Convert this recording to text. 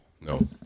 No